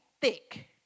thick